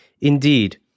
Indeed